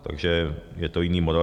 Takže je to jiný model.